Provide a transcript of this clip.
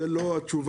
זה לא התשובה,